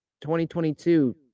2022